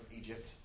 Egypt